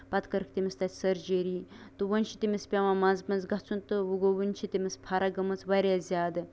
پَتہٕ کٔرٕکھ تٔمِس تَتہِ سٔرجٔری تہٕ وۅنۍ چھُ تٔمِس پیٚوان منٛزٕ منٛزٕ گژھُن تہٕ وۅنۍ گوٚو وُنہِ چھُ تٔمِس فرق گٲمٕژ واریاہ زیادٕ